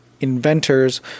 inventors